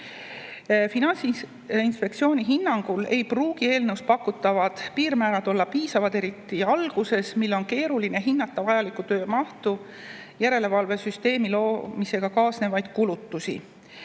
Finantsinspektsiooni hinnangul ei pruugi eelnõus pakutavad piirmäärad olla piisavad, eriti alguses, kui on keeruline hinnata vajaliku töö mahtu ja järelevalvesüsteemi loomisega kaasnevaid kulutusi.